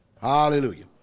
Hallelujah